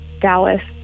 Dallas